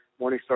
Morningstar